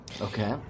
Okay